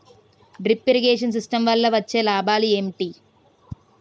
Drip irrigation system వల్ల వచ్చే లాభాలు ఏంటి?